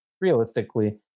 realistically